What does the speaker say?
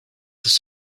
his